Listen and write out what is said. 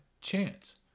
chance